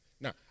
Now